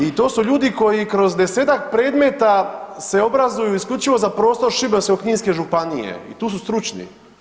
I to su ljudi koji kroz desetak predmeta se obrazuju isključivo za prostor Šibensko-kninske županije i tu su stručni.